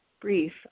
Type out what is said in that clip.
brief